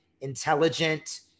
intelligent